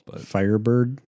Firebird